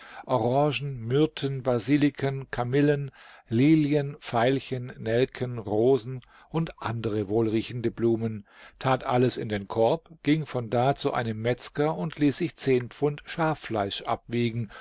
myrten basiliken kamillen lilien veilchen nelken rosen und andere wohlriechende blumen tat alles in den korb ging von da zu einem metzger und ließ sich zehn pfund schaffleisch abwiegen